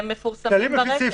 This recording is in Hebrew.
הם מפורסמים ברשת.